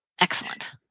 Excellent